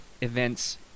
events